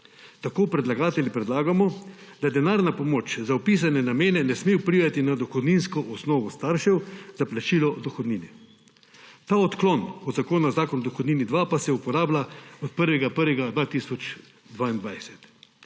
Tako predlagatelji predlagamo, da denarna pomoč za opisane namene ne smejo priti na dohodninsko osnovo staršev za plačilo dohodnine. Ta odklon od Zakona o dohodnini-2 pa se uporablja od 1. 1. 2022.